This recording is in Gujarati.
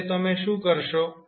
હવે તમે શું કરશો